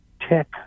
tech